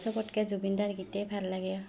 চবতকৈ জুবিন দাৰ গীতেই ভাল লাগে